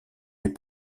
des